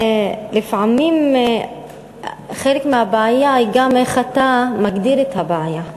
לפעמים חלק מהבעיה היא גם איך אתה מגדיר את הבעיה,